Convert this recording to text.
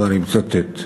ואני מצטט: